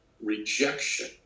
rejection